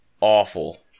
Awful